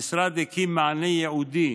המשרד הקים מענה ייעודי,